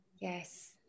Yes